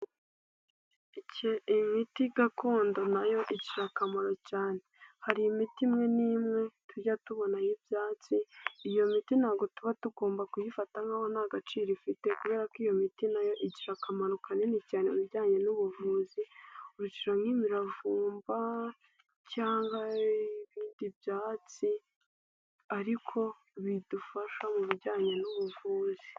Imiti gakondo na igira akamaro cyane, hari imiti imwe n'imwe tujya tubona y'ibyatsi, iyo miti ntabwo tuba tugomba kuyifata nk'aho nta gaciro ifite kubera ko iyo miti na yo igira akamaro kanini cyane mu bijyanye n'ubuvuzi, urugero nk'imiravumba cyangwa ibindi byatsi ariko bidufasha mu bijyanye n'ubuvuzi.